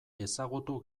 ezagutu